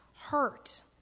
hurt